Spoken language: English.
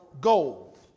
gold